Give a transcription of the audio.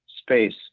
space